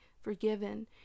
forgiven